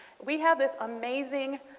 we have this amazing